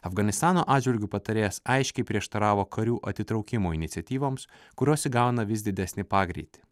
afganistano atžvilgiu patarėjas aiškiai prieštaravo karių atitraukimo iniciatyvoms kurios įgauna vis didesnį pagreitį